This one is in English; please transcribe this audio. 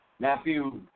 Matthew